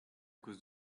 cause